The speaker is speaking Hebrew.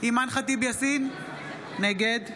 אימאן ח'טיב יאסין, נגד